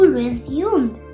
resumed